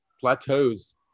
plateaus